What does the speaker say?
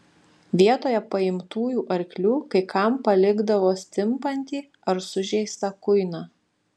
vietoje paimtųjų arklių kai kam palikdavo stimpantį ar sužeistą kuiną